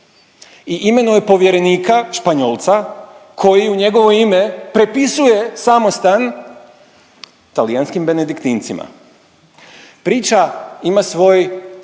i imenuje povjerenika Španjolca koji u njegovo ime prepisuje samostan talijanskim benediktincima. Priča ima svoj